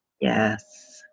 Yes